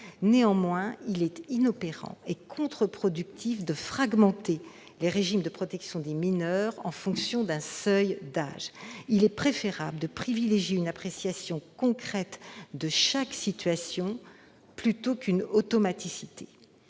Néanmoins, il est inopérant et contre-productif de fragmenter les régimes de protection des mineurs en fonction d'un seuil d'âge. Il est préférable de privilégier une appréciation concrète de chaque situation plutôt qu'une automaticité.